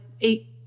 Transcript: eight